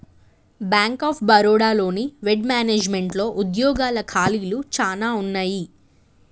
bank of Baroda లోని వెడ్ మేనేజ్మెంట్లో ఉద్యోగాల ఖాళీలు చానా ఉన్నయి